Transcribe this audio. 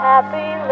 Happy